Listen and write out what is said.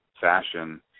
fashion